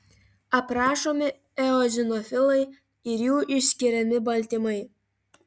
aprašomi eozinofilai ir jų išskiriami baltymai